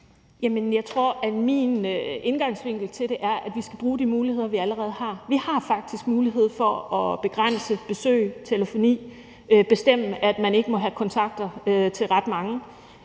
jeg tror, at min indgangsvinkel til det er, at vi skal bruge de muligheder, vi allerede har. Vi har faktisk mulighed for at begrænse besøg, telefoni, bestemme at man ikke må have kontakter til ret mange.